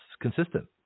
consistent